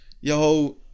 Yo